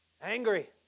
angry